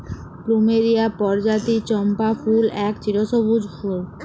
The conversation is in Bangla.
প্লুমেরিয়া পরজাতির চম্পা ফুল এক চিরসব্যুজ ফুল